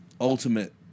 ultimate